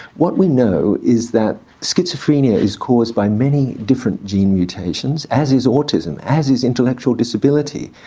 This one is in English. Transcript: what we know is that schizophrenia is caused by many different gene mutations, as is autism, as is intellectual disability.